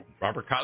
Robert